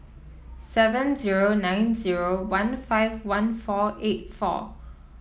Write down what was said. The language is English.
seven zero nine zero one five one four eight four